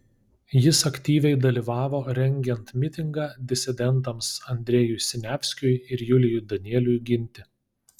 jis aktyviai dalyvavo rengiant mitingą disidentams andrejui siniavskiui ir julijui danieliui ginti